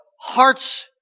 hearts